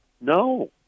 no